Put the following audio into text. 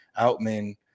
Outman